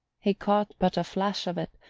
he caught but a flash of it,